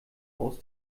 aus